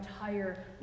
entire